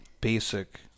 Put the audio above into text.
basic